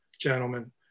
gentlemen